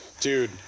Dude